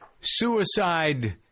Suicide